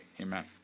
Amen